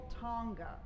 Tonga